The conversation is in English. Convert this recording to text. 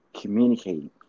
communicating